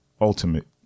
Ultimate